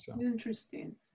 Interesting